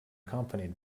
accompanied